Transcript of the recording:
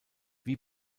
wie